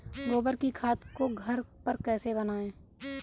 गोबर की खाद को घर पर कैसे बनाएँ?